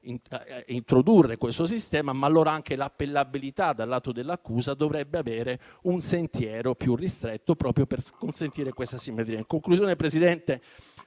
introdurre questo sistema, ma che allora anche l'appellabilità dal lato dell'accusa dovrebbe avere un sentiero più ristretto, proprio per consentire tale simmetria. In conclusione, Presidente,